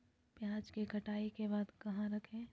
प्याज के कटाई के बाद कहा रखें?